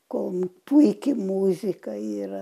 kol puiki muzika yra